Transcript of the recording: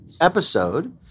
episode